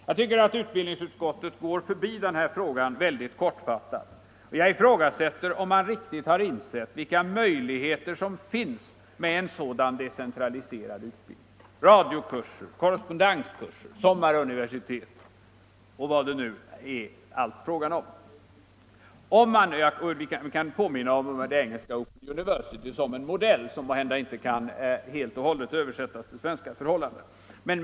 Jag tycker att utbildningsutskottet går förbi den här frågan alltför kortfattat, och jag ifrågasätter om man riktigt har insett vilka möjligheter som finns med en sådan decentraliserad utbildning: radiokurser, korrespondenskurser, sommaruniversitet och vad det nu allt kan vara fråga om. Jag kan även påminna om det engelska Open University såsom en modell som måhända inte helt och hållet kan översättas till svenska förhållanden.